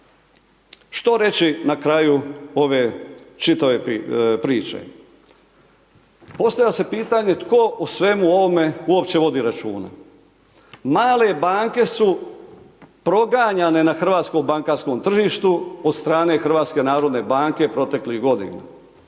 što reći na kraju ove čitave priče. Postavlja se pitanje tko o svemu ovome uopće vodi računa. Male banke su proganjane na hrvatskom bankarskom tržištu od strane HNB-a proteklih godina.